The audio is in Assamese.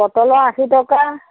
পটলৰ আশী টকা